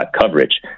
coverage